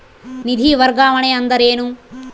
ನಿಧಿ ವರ್ಗಾವಣೆ ಅಂದರೆ ಏನು?